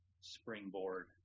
springboard